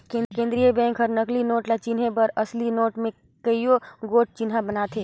केंद्रीय बेंक हर नकली नोट ल चिनहे बर असली नोट में कइयो गोट चिन्हा बनाथे